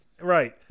Right